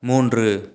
மூன்று